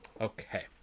Okay